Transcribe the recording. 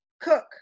cook